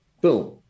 Boom